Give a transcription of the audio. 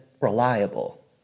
reliable